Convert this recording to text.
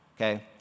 Okay